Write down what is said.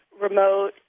remote